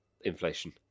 inflation